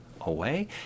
away